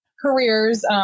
careers